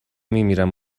میمیرم